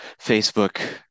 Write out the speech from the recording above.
Facebook